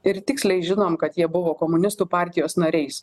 ir tiksliai žinom kad jie buvo komunistų partijos nariais